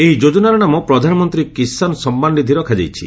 ଏହି ଯୋଜନାର ନାମ 'ପ୍ରଧାନମନ୍ତ୍ରୀ କିଷାନ ସମ୍ମାନ ନିଧି' ରଖାଯାଇଛି